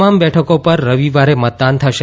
તમામ બેઠકો પર રવિવારે મતદાન થશે